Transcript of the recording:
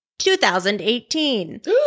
2018